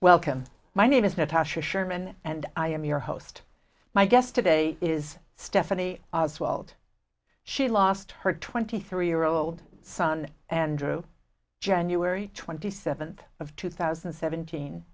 welcome my name is natasha sherman and i am your host my guest today is stephanie oswald she lost her twenty three year old son andrew january twenty seventh of two thousand and seventeen